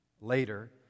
later